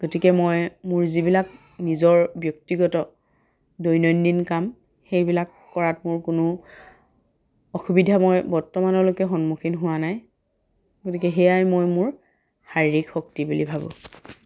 গতিকে মই মোৰ যিবিলাক নিজৰ ব্যক্তিগত দৈনন্দিন কাম সেইবিলাক কৰাত মোৰ কোনো অসুবিধা মই বৰ্তমানলৈকে সন্মুখীন হোৱা নাই গতিকে সেয়াই মই মোৰ শাৰিৰীক শক্তি বুলি ভাবোঁ